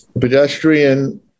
Pedestrian